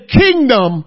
kingdom